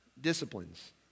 disciplines